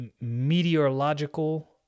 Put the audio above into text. meteorological